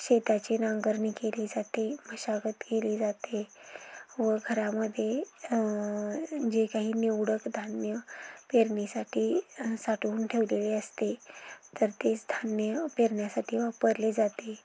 शेताची नांगरणी केली जाते मशागत केली जाते व घरामध्ये जे काही निवडक धान्य पेरणीसाठी साठवून ठेवलेली असते तर तेच धान्य पेरण्यासाठी वापरले जाते